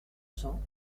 cents